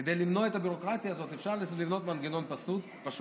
כדי למנוע את הביורוקרטיה הזאת אפשר לבנות מנגנון פשוט